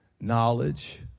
Knowledge